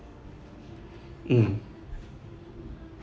mm